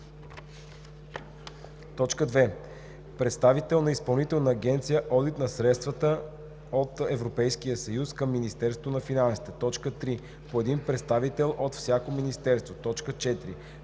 съвет; 2. представител на Изпълнителна агенция „Одит на средствата от Европейския съюз“ към Министерството на финансите; 3. по един представител от всяко министерство; 4.